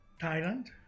Thailand